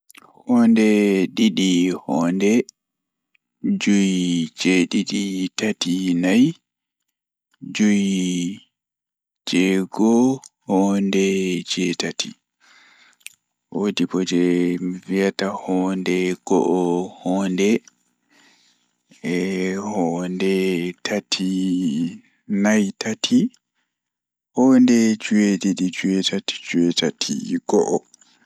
Hoonde didi hoonde, joye jwee didi tati nay joye jweego, hoonde jweetati. Woodi bo jei mi wiyata, hoonde go'o hoonde, bee hoonde tati nay tati hoonde jweetati jweedidi jweetati go'o.